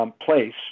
place